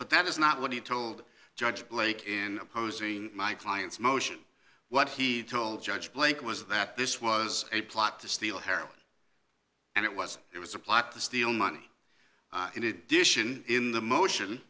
but that is not what he told judge blake in opposing my client's motion what he told judge blake was that this was a plot to steal her and it was it was a plot to steal money in addition in the motion